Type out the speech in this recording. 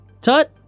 Tut